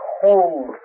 hold